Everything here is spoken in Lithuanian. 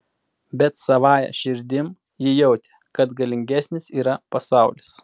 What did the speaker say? bet savąja širdim ji jautė kad galingesnis yra pasaulis